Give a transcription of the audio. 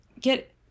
get